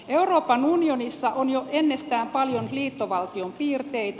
euroopan unionissa on jo ennestään paljon liittovaltion piirteitä